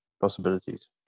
possibilities